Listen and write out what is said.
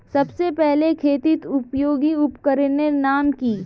सबसे पहले खेतीत उपयोगी उपकरनेर नाम की?